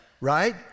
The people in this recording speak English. right